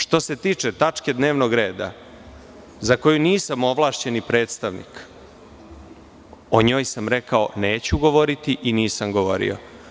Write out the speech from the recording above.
Što se tiče tačke dnevnog reda za koju nisam ovlašćeni predstavnik, rekao sam o njoj neću govoriti i nisam govorio.